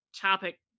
topic